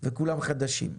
וכולם חדשים.